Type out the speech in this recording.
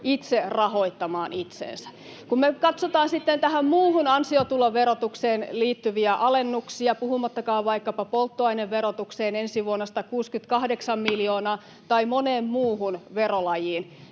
itse rahoittamaan itsensä. Kun me katsotaan sitten muuhun ansiotuloverotukseen liittyviä alennuksia, puhumattakaan vaikkapa polttoaineverotuksesta — ensi vuonna 168 miljoonaa — tai monesta muusta verolajista,